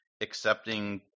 accepting